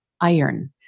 iron